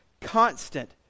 constant